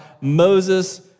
Moses